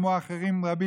כמו רבים אחרים,